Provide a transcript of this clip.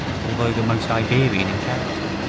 although the most iberian in character.